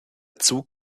zug